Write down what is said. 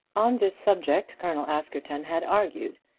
on this subject colonel askerton had argued,